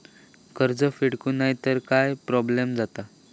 कर्ज फेडूक नाय तर काय प्रोब्लेम जाता?